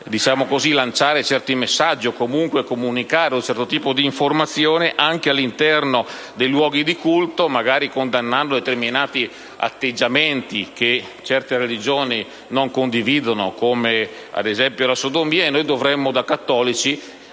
lanciare certi messaggi o comunque comunicare un certo tipo di informazione, anche all'interno dei luoghi di culto, magari condannando determinati atteggiamenti che certe religioni non condividono, come ad esempio la sodomia: e noi dovremmo, da cattolici,